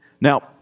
Now